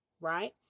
right